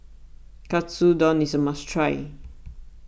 Katsudon is a must try